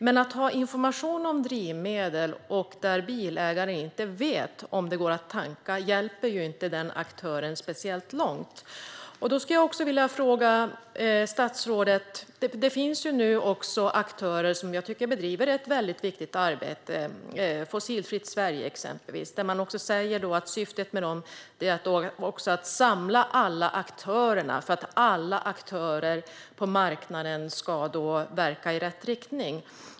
Men att ha information om drivmedel när bilägarna inte vet vad de kan tanka med hjälper ju inte de bilägarna speciellt mycket. Det finns nu aktörer som bedriver ett väldigt viktigt arbete, till exempel Fossilfritt Sverige. Syftet är att samla alla aktörer, eftersom alla aktörer på marknaden ska verka i rätt riktning.